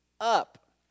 up